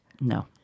No